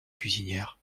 cuisinière